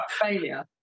failure